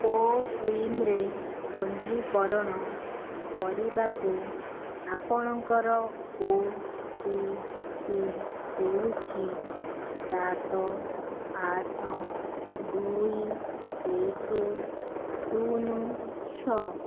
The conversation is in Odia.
କୋୱିନ୍ରେ ପଞ୍ଜୀକରଣ କରିବାକୁ ଆପଣଙ୍କର ଓ ଟି ପି ହେଉଛି ସାତ ଆଠ ଦୁଇ ଏକେ ଶୂନ ଛଅ